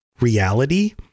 reality